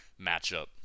matchup